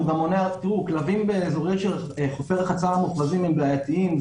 כלבים באזורים של חופי רחצה מוכרזים, הם בעייתיים.